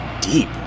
deep